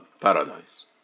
Paradise